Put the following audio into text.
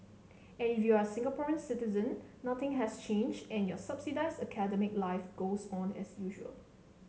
and if you're a Singaporean citizen nothing has changed and your subsidised academic life goes on as usual